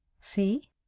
See